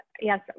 Yes